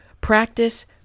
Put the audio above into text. practice